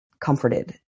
comforted